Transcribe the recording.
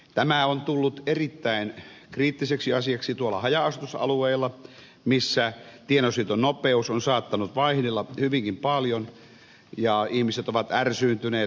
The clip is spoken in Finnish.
tämä on tullut erittäin kriittiseksi asiaksi tuolla haja asutusalueilla missä tiedonsiirtonopeus on saattanut vaihdella hyvinkin paljon ja ihmiset ovat ärsyyntyneet